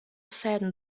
fäden